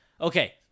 Okay